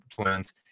Twins